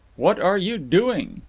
what are you doing?